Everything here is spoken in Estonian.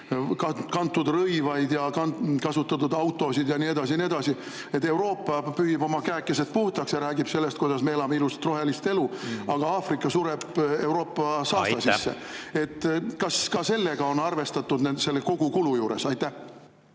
kantud rõivaid ja kasutatud autosid ja nii edasi ja nii edasi. Nii et Euroopa pühib oma käekesed puhtaks ja räägib sellest, kuidas me elame ilusat rohelist elu, aga Aafrika sureb Euroopa saasta sisse. Kas ka sellega on arvestatud selle kogukulu juures? Aitäh!